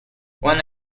one